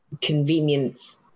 convenience